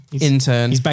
intern